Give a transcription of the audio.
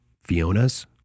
Fiona's